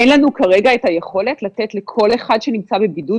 אין לנו כרגע את היכולת לתת לכל אחד שנמצא בבידוד,